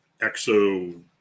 exo